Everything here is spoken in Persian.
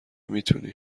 میتونی